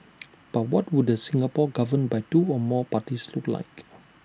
but what would A Singapore governed by two or more parties look like